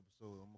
episode